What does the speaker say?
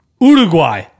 Uruguay